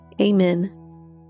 Amen